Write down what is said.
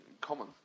common